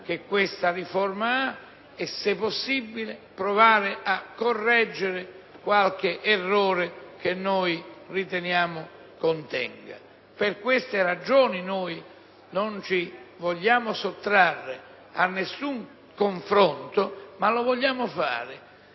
che questa riforma presenta e, se possibile, provando a correggere qualche errore che riteniamo contenga. Per queste ragioni, non ci vogliamo sottrarre ad alcun confronto, ma lo vogliamo fare